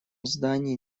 здании